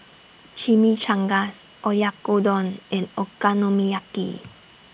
Chimichangas Oyakodon and Okonomiyaki